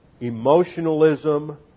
emotionalism